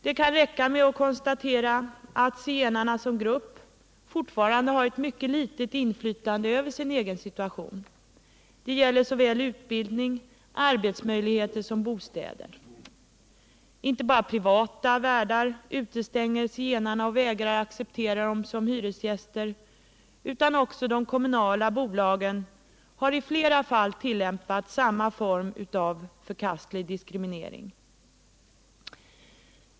Det kan räcka med att konstatera att zigenarna som grupp fortfarande har ett mycket litet inflytande över sin egen situation. Det gäller såväl utbildning som arbetsmöjligheter och bostäder. Inte bara privata värdar utestänger zigenarna och vägrar att acceptera dem som hyresgäster, utan också de kommunala bolagen har i flera fall tillämpat samma form av förkastlig diskriminering.